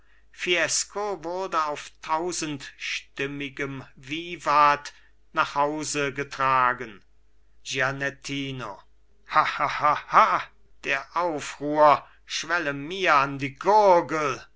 wurde auf tausendstimmigem vivat nach hause getragen gianettino mit einem dumpfen gelächter der aufruhr schwelle mir an die gurgel